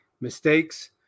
mistakes